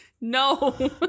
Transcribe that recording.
No